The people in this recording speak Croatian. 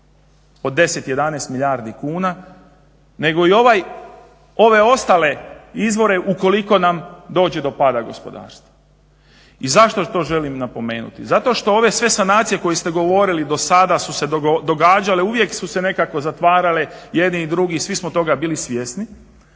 od 10, 11 milijardi kuna nego i ove ostale izvore ukoliko nam dođe do pada gospodarstva. I zašto to želim napomenuti? Zato što sve ove sanacije koje ste govorili do sada su se događale i uvijek su se nekako zatvarale. Jedni i drugi svi smo toga bili svjesni.